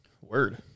Word